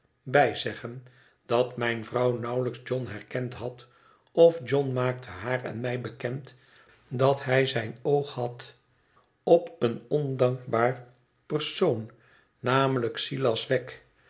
bij zeggen dat mijne vrouw nauwelijks john herkend had of john maakte haar en mij bekend dat hij zijn oog had op een ondankbaar persoon namelijk silas wegg